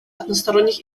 односторонних